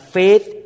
faith